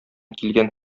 килгән